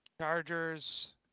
Chargers